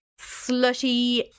slutty